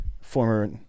former